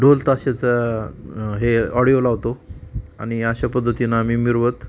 ढोलताशांचा हे ऑडिओ लावतो आणि अशा पद्धतीनं आम्ही मिरवत